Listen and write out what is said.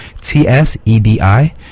T-S-E-D-I